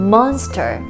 Monster